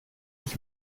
ich